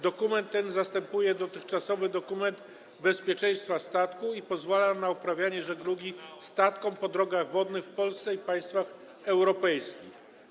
Dokument ten zastępuje dotychczasowy dokument bezpieczeństwa statku i pozwala statkom na uprawianie żeglugi po drogach wodnych w Polsce i państwach europejskich.